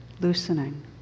loosening